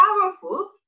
powerful